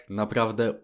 naprawdę